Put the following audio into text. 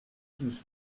sus